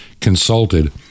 consulted